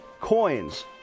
coins